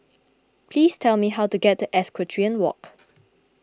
please tell me how to get to Equestrian Walk